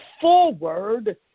forward